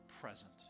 present